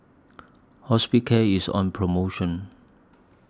Hospicare IS on promotion